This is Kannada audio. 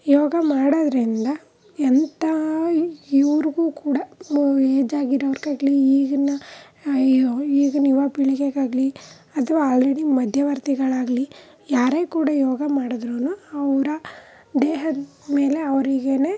ಯೋಗ ಮಾಡೋದರಿಂದ ಎಂಥ ಇವ್ರಿಗೂ ಕೂಡ ಏಜಾಗಿರೋರ್ಗಾಗಲೀ ಈಗಿನ ಯು ಈಗಿನ ಯುವ ಪೀಳಿಗೆಗಾಗಲೀ ಅಥವಾ ಆಲ್ರೆಡಿ ಮಧ್ಯವರ್ತಿಗಳಾಗಲೀ ಯಾರೇ ಕೂಡ ಯೋಗ ಮಾಡಿದ್ರೂ ಅವರ ದೇಹದಮೇಲೆ ಅವ್ರಿಗೆ